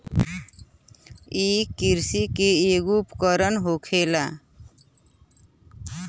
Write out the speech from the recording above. इ किरसी के ऐगो उपकरण होला